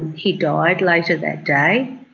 he died later that day,